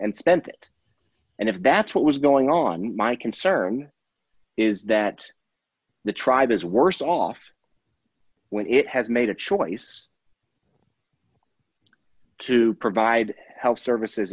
and spent it and if that's what was going on my concern is that the tribe is worse off when it has made a choice to provide health services